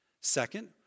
Second